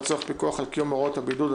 לצורך פיקוח על קיום הוראות הבידוד),